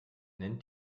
nennt